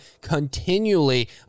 continually